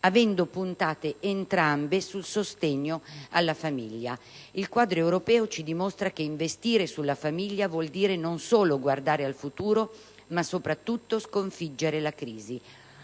avendo puntato entrambe sul sostegno alla famiglia. Il quadro europeo ci dimostra che investire sulla famiglia vuol dire non solo guardare al futuro ma soprattutto sconfiggere la crisi.